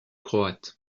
croates